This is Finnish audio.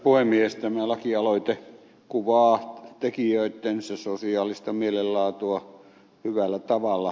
tämä lakialoite kuvaa tekijöittensä sosiaalista mielenlaatua hyvällä tavalla